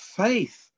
faith